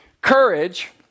Courage